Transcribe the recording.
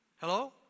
Hello